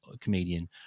comedian